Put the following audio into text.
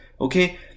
okay